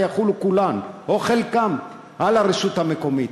יחולו כולן או חלקן על הרשות המקומית.